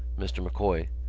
mr. m'coy,